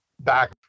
back